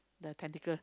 the tentacle